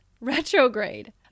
retrograde